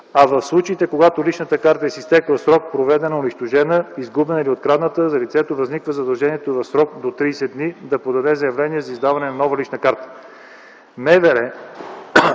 а в случаите, когато личната карта е с изтекъл срок, увредена, унищожена, изгубена или открадната, за лицето възниква задължението в срок до 30 дни да подаде заявление за издаване на нова лична карта.